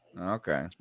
Okay